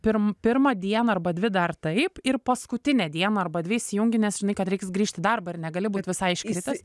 pirm pirmą dieną arba dvi dar taip ir paskutinę dieną arba dvi įsijungi nes žinai kad reiks grįžt į darbą ir negali būt visai iškritęs